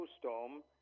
snowstorm